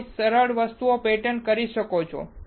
પર કોઈ સરળ વસ્તુને પેટર્ન કરી શકો છો